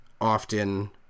often